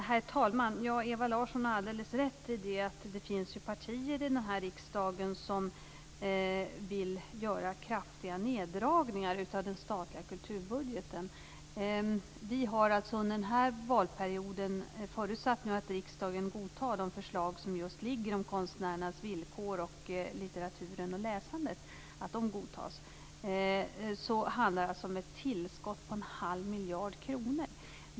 Herr talman! Ewa Larsson har alldeles rätt i att det finns partier i riksdagen som vill göra kraftiga neddragningar av den statliga kulturbudgeten. Vi har under den här valperioden - förutsatt att riksdagen nu godtar de förslag som ligger om konstnärernas villkor och litteraturen och läsandet - gett ett tillskott på en halv miljard kronor.